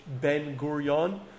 Ben-Gurion